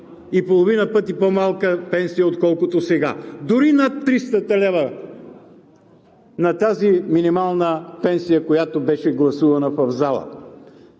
и половина пъти по-малка пенсия, отколкото сега. Дори над 300-те лева на тази минимална пенсия, която беше гласувана в залата.